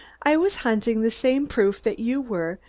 i was hunting the same proof that you were.